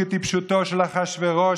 כטיפשותו של אחשוורוש,